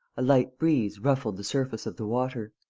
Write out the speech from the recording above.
a light breeze ruffled the surface of the water.